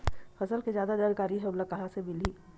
फसल के जादा जानकारी हमला कहां ले मिलही?